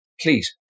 please